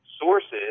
sources